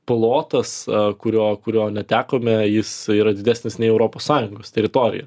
plotas kurio kurio netekome jis yra didesnis nei europos sąjungos teritorija